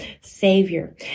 Savior